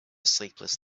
sleepless